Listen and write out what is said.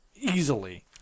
easily